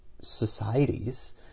societies